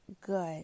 good